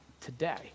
today